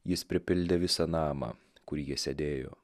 jis pripildė visą namą kur jie sėdėjo